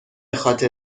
خاطر